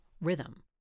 rhythm